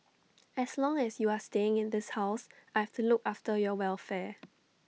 as long as you are staying in this house I've to look after your welfare